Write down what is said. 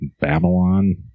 Babylon